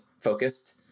focused